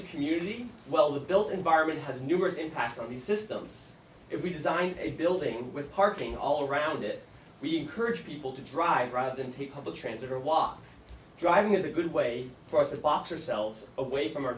a community well the built environment has numerous impacts on these systems if we design a building with parking all around it we encourage people to drive rather than take public transit or walk driving is a good way for us to boxer selves away from our